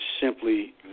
simply